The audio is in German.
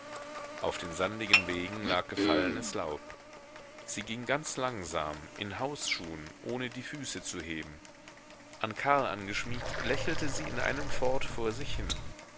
auf den sandigen wegen lag gefallenes laub sie ging ganz langsam in hausschuhen ohne die füße zu heben an karl angeschmiegt lächelte sie in einem fort vor sich hin